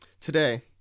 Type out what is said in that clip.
Today